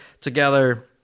together